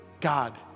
God